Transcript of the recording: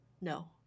No